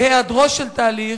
בהיעדרו של תהליך,